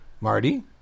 marty